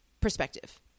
perspective